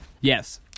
Yes